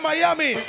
Miami